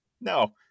no